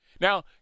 Now